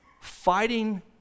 Fighting